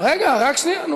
רגע, רק שנייה.